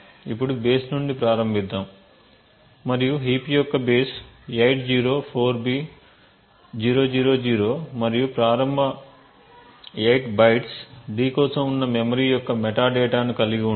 ఇప్పుడు బేస్ నుండి ప్రారంభిద్దాం మరియు హీప్ యొక్క బేస్ 804b000 మరియు ప్రారంభ 8 బైట్స్ d కోసం ఉన్న మెమరీ యొక్క మెటాడేటాను కలిగి ఉంటాయి